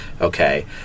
Okay